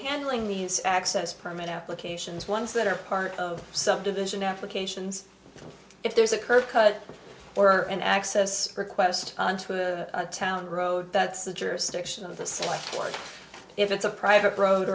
handling these access permit applications ones that are part of subdivision applications if there's a curb cut or an access request to a town road that's the jurisdiction of the slack or if it's a private road